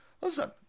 listen